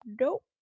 nope